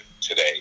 today